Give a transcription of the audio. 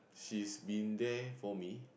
she's been there for me